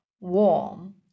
warm